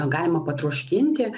galima patroškinti